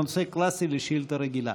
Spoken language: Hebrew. זה נושא קלאסי לשאילתה רגילה.